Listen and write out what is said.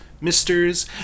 Misters